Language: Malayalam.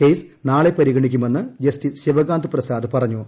കേസ് നാളെ പരിഗണിക്കുമെന്ന് ജസ്റ്റിസ് ശിവകാന്ത് പ്രസാദ് പറഞ്ഞു